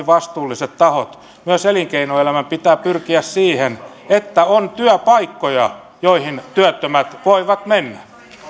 vastuullisten tahojen myös elinkeinoelämän pitää pyrkiä siihen että on työpaikkoja joihin työttömät voivat mennä